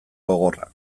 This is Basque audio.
gogorra